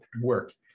work